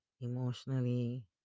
emotionally